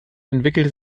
entwickelte